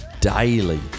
daily